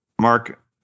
Mark